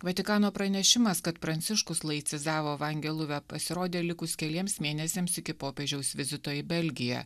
vatikano pranešimas kad pranciškus laicizavo vangeluve pasirodė likus keliems mėnesiams iki popiežiaus vizito į belgiją